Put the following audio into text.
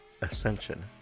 Ascension